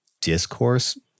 discourse